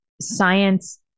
Science